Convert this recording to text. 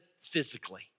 physically